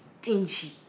stingy